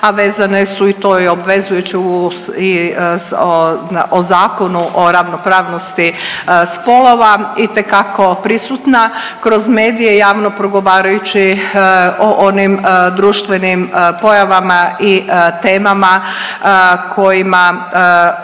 a vezane su i to je obvezujuće o Zakonu o ravnopravnosti spolova, itekako prisutna kroz medije javno progovarajući o onim društvenim pojavama i temama kojima